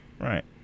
right